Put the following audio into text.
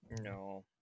No